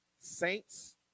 Saints